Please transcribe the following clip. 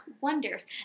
wonders